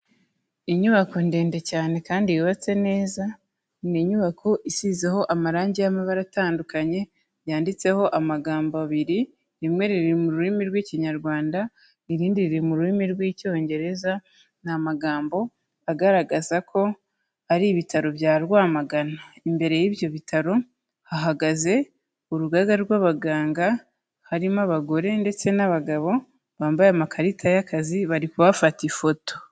Inyubako ndende cyane kandi yubatse neza, ni inyubako isizeho amarangi y'amabara atandukanye, yanditseho amagambo abiri, rimwe riri mu rurimi rw'Ikinyarwanda, irindi riri mu rurimi rw'Icyongereza, ni amagambo agaragaza ko ari ibitaro bya Rwamagana. Imbere y'ibyo bitaro hahagaze urugaga rw'abaganga, harimo abagore ndetse n'abagabo, bambaye amakarita y'akazi, bari kubafata ifoto.